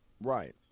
right